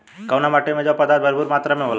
कउना माटी मे जैव पदार्थ भरपूर मात्रा में होला?